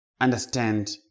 understand